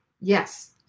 yes